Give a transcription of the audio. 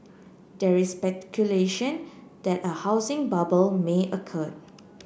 there is speculation that a housing bubble may occur